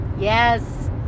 Yes